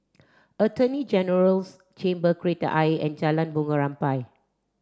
Attorney General's Chambers Kreta Ayer and Jalan Bunga Rampai